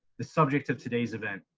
the subject of today's event.